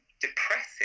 depressing